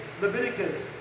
Leviticus